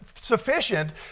sufficient